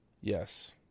Yes